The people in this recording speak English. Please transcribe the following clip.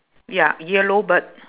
ya yellow bird